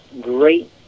great